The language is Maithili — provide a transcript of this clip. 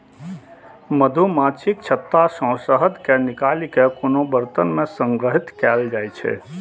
मछुमाछीक छत्ता सं शहद कें निकालि कें कोनो बरतन मे संग्रहीत कैल जाइ छै